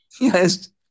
Yes